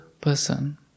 person